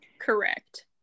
Correct